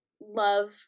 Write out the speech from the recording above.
love